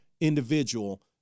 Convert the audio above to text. individual